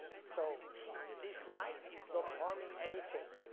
so this light is not harming anything.